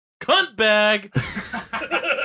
Cuntbag